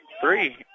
three